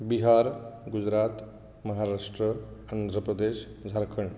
Bihar Gujarat Maharashtra Andhra Pradesh Jharkhand